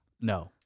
No